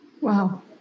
Wow